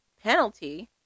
penalty